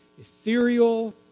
ethereal